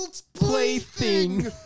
plaything